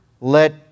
let